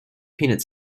peanut